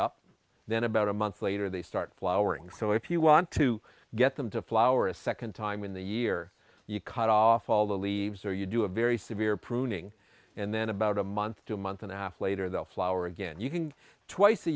up then about a month later they start flowering so if you want to get them to flower a second time in the year you cut off all the leaves or you do a very severe pruning and then about a month to month and a half later they'll flower again you can twice a